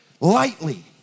lightly